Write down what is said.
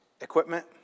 equipment